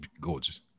gorgeous